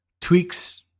tweaks